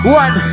one